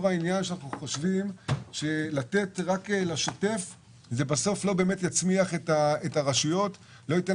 חושבים שלתת רק לשוטף לא יצמיח את הרשויות ולא ייתן